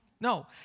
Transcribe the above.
No